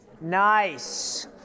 Nice